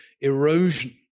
erosion